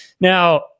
Now